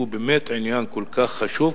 שהוא באמת עניין כל כך חשוב,